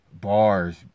bars